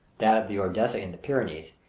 that of the ordesa in the pyrenees,